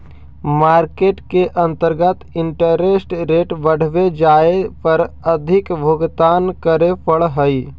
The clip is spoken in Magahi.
मार्केट के अंतर्गत इंटरेस्ट रेट बढ़वे जाए पर अधिक भुगतान करे पड़ऽ हई